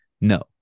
No